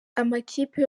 amakipe